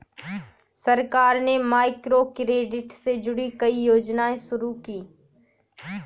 सरकार ने माइक्रोक्रेडिट से जुड़ी कई योजनाएं शुरू की